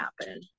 happen